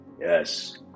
Yes